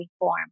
Reform